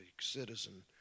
citizen